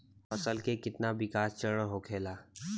फसल के कितना विकास चरण होखेला?